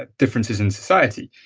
ah differences in society,